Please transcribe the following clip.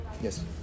yes